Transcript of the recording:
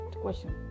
question